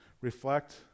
reflect